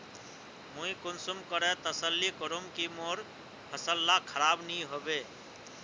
मुई कुंसम करे तसल्ली करूम की मोर फसल ला खराब नी होबे?